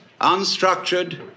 unstructured